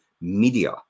media